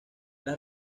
las